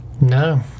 No